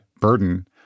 burden